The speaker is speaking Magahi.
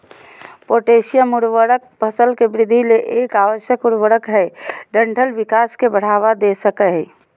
पोटेशियम उर्वरक फसल के वृद्धि ले एक आवश्यक उर्वरक हई डंठल विकास के बढ़ावा दे सकई हई